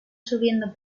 subiendo